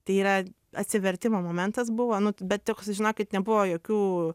tai yra atsivertimo momentas buvo nu bet žinokit nebuvo jokių